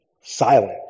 silent